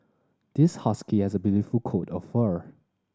this husky has a beautiful coat of fur